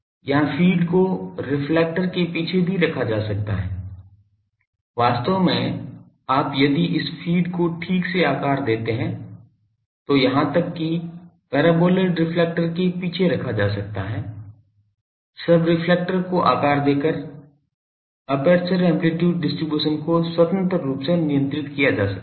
यहाँ फ़ीड को रिफ्लेक्टर के पीछे भी रखा जा सकता है वास्तव में आप यदि इस फ़ीड को ठीक से आकार देते हैं तो यहां तक कि पैराबोलाइड रिफ्लेक्टर के पीछे रखा जा सकता है सब रेफ्लेक्टर् को आकार देकर एपर्चर एम्पलीटूड डिस्ट्रीब्यूशन को स्वतंत्र रूप से नियंत्रित किया जा सकता है